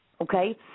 okay